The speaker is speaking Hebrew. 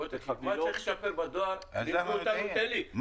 בוא תקשיב, מה שצריך לשפר בדואר --- מה הרפורמה?